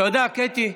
תודה, קטי.